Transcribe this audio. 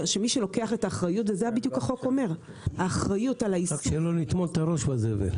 רק שלא נטמון את הראש בזבל...